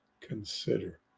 Consider